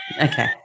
Okay